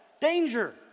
Danger